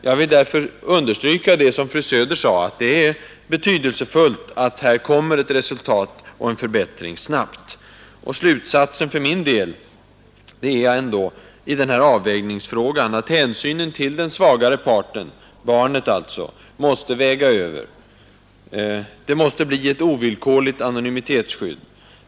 Jag vill därför understryka vad fru Söder sade, nämligen att det är betydelsefullt att det här kommer ett resultat och en förbättring snabbt. Slutsatsen för min del i den här avvägningsfrågan är att hänsynen till den svagare parten, barnet, måste väga över. Det bör bli ett ovillkorligt anonymitetsskydd.